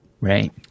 Right